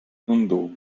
andou